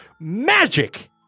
magic